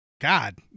God